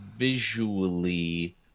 visually